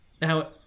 Now